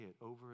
over